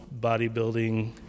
bodybuilding